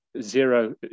zero